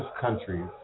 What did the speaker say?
countries